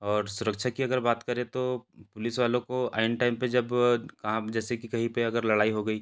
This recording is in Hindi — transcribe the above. और सुरक्षा की अगर बात करें तो पुलिस वालों को ऐन टाइम पर जब काम जैसे कि कहीं पर अगर लड़ाई हो गई